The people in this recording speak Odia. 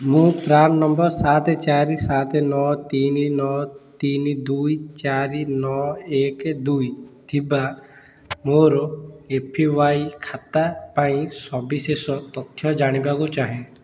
ମୁଁ ପ୍ରାନ୍ ନମ୍ବର୍ ସାତ ଚାରି ସାତ ନଅ ତିନି ନଅ ତିନି ଦୁଇ ଚାରି ନଅ ଏକ ଦୁଇ ଥିବା ମୋର ଏ ପି ୱାଇ ଖାତା ପାଇଁ ସବିଶେଷ ତଥ୍ୟ ଜାଣିବାକୁ ଚାହେଁ